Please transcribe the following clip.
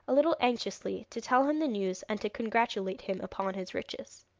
a little anxiously, to tell him the news and to congratulate him upon his riches.